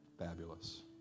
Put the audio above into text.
Fabulous